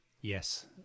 Yes